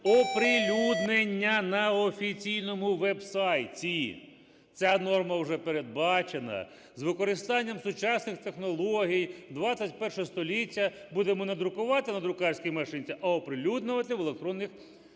оприлюднення на офіційному веб-сайті. Ця норма уже передбачена. З використання сучасних технологій, ХХІ століття, будемо не друкувати на друкарській машинці, а оприлюднювати в електронному вигляді